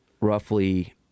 roughly